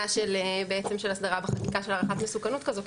של בעצם של הסדרה בחקיקה של הערכת מסוכנות כזאתי,